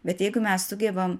bet jeigu mes sugebam